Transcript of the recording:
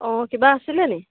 অঁ কিবা আছিলে নেকি